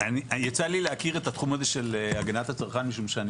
יצא לי להכיר את התחום הזה של הגנת הצרכן משום שאני